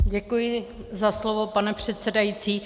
Děkuji za slovo, pane předsedající.